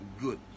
good